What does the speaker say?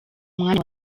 mwanya